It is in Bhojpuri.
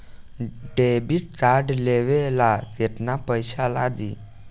डेबिट कार्ड लेवे ला केतना पईसा लागी?